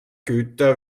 güter